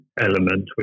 element